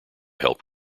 help